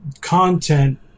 content